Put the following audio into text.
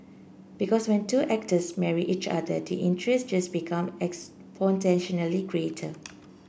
because when two actors marry each other the interest just become exponentially greater